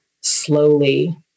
slowly